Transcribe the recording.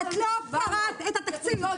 את לא קראת את התקציב.